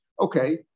Okay